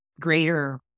greater